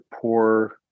poor